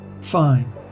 fine